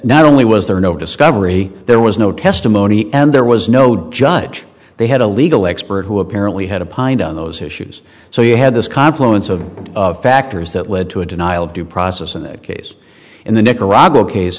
not only was there no discovery there was no testimony and there was no drudge they had a legal expert who apparently had a pined on those issues so you had this confluence of factors that led to a denial of due process in a case in the nicaragua case